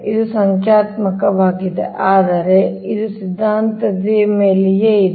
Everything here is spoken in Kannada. ಇದು ಸಂಖ್ಯಾತ್ಮಕವಾಗಿದೆ ಆದರೆ ಇದು ಸಿದ್ಧಾಂತದಂತೆಯೇ ಇದೆ